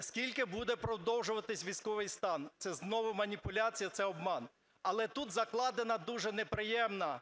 Скільки буде продовжуватись військовий стан? Це знову маніпуляція, це обман. Але тут закладена дуже неприємна